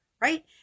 right